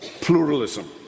pluralism